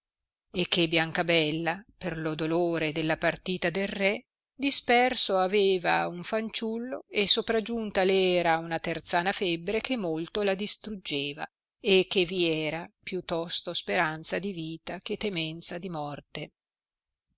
e che biancabella per lo dolore della partita del re disperso aveva un fanciullo e sopragiunta le era una terzana febbre che molto la distruggeva e che vi era più tosto speranza di vita che temenza di morte